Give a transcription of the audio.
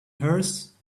hers